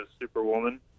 superwoman